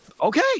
okay